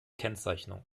kennzeichnung